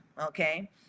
Okay